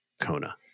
kona